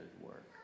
work